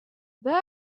there